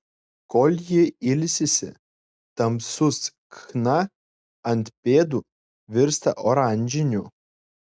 kol ji ilsisi tamsus chna ant pėdų virsta oranžiniu